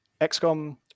XCOM